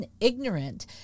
ignorant